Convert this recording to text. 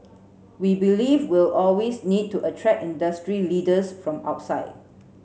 we believe we'll always need to attract industry leaders from outside